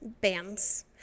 bands